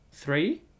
Three